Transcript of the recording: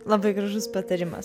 labai gražus patarimas